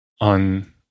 on